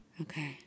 Okay